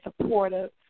supportive